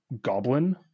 goblin